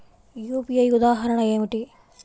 UPI ఉదాహరణ ఏమిటి?